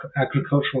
agricultural